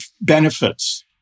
benefits